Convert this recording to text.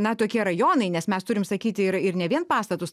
na tokie rajonai nes mes turim sakyti ir ir ne vien pastatus